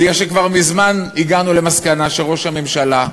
כי כבר מזמן הגענו למסקנה שראש הממשלה,